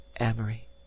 amory